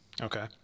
Okay